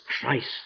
Christ